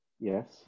Yes